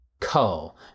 cull